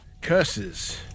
Curses